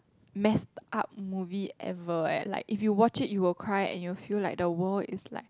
messed up movie ever and like if you watch it you will cry and you feel like the world is like